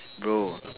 bro